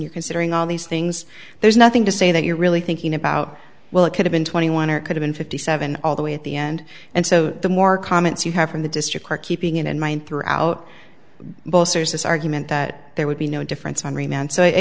you considering all these things there's nothing to say that you're really thinking about well it could have been twenty one or it could've been fifty seven all the way at the end and so the more comments you have from the district are keeping in mind throughout both there's this argument that there would be no difference on remand so i